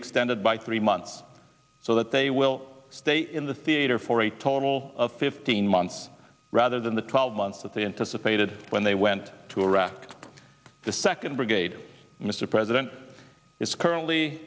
extended by three months so that they will stay in the theater for a total of fifteen months rather than the twelve months that they anticipated when they went to iraq the second brigade mr president is currently